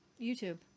YouTube